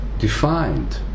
defined